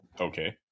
Okay